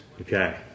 Okay